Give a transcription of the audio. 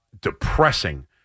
depressing